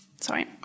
Sorry